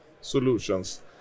solutions